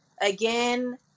Again